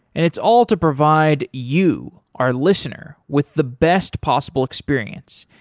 and it's all to provide you, our listener, with the best possible experience.